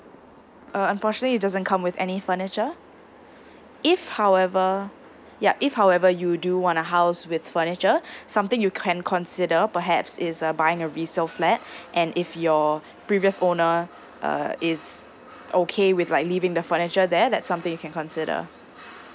uh unfortunately it doesn't come with any furniture if however ya if however you do want a house with furniture something you can consider perhaps is uh buying a resale flat and if your previous owner uh is okay with like leaving the furniture there that's something you can consider